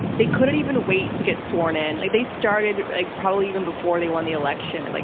they couldn't even wait to get sworn in. they they started like probably even before they won the election. um like